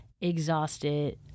exhausted